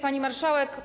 Pani Marszałek!